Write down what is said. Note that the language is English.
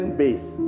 base